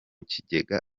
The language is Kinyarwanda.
kigega